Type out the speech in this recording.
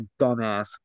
dumbass